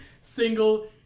single